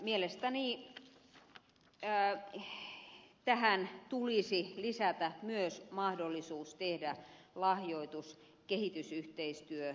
mielestäni tähän tulisi lisätä myös mahdollisuus tehdä lahjoitus kehitysyhteistyökohteeseen